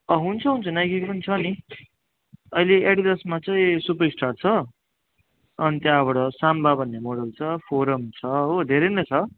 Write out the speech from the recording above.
अँ हुन्छ हुन्छ नाइकीको पनि छ नि अहिले एडिडासमा चाहिँ सुपर स्टार छ अनि त्यहाँबाट साम्बा भन्ने मोडल छ फोरम छ हो धेरै नै छ